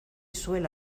zuela